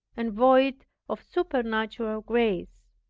and void of supernatural grace.